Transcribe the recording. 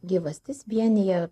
gyvastis vienija